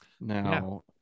now